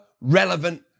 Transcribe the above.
relevant